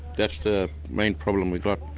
that's the main problem we've got.